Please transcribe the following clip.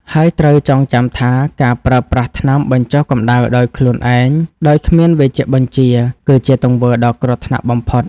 ហើយត្រូវចងចាំថាការប្រើប្រាស់ថ្នាំបញ្ចុះកម្ដៅដោយខ្លួនឯងដោយគ្មានវេជ្ជបញ្ជា គឺជាទង្វើដ៏គ្រោះថ្នាក់បំផុត។